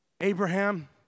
Abraham